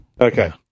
okay